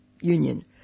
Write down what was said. union